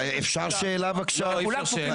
כולם כפופים